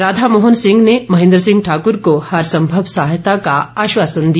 राधामोहन सिंह ने महेन्द्र सिंह ठाक्र को हर सम्भव सहायता का आश्वासन दिया